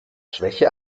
schwäche